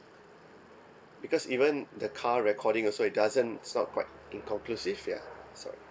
because even the car recording also it doesn't it's not quite inconclusive ya so